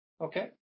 Okay